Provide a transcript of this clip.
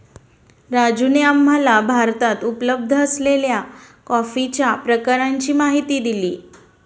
राजूने आम्हाला भारतात उपलब्ध असलेल्या कॉफीच्या प्रकारांची माहिती दिली